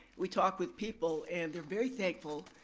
we talk with people, and they're very thankful,